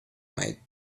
might